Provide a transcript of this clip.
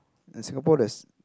in Singapore there's